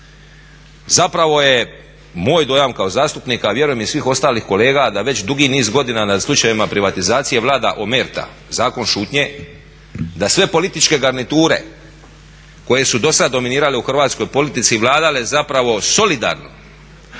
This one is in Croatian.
Zapravo je moj dojam kao zastupnika, a vjerujem i svih ostalih kolega da već dugi niz godina na slučajevima privatizacije vlada omerta, zakon šutnje, da sve političke garniture koje su do sad dominirale u hrvatskoj politici i vladale zapravo solidarno